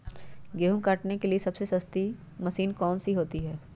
गेंहू काटने के लिए सबसे सस्ती मशीन कौन सी होती है?